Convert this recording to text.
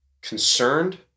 concerned